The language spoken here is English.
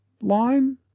line